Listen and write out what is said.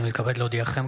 אני מתכבד להודיעכם,